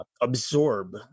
absorb